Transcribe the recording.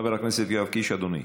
חבר הכנסת יואב קיש, אדוני.